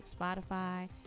spotify